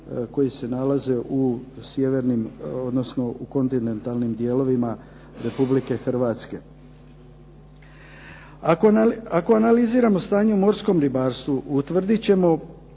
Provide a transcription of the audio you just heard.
odnosno u kontinentalnim dijelovima RH. Ako analiziramo stanje u morskom ribarstvu utvrdit ćemo